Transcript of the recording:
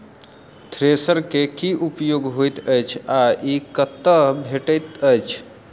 Thresher केँ की उपयोग होइत अछि आ ई कतह भेटइत अछि?